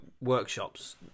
workshops